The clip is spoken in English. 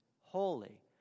holy